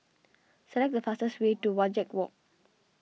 select the fastest way to Wajek Walk